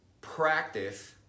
practice